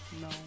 No